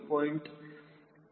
2 ಆಗುತ್ತದೆ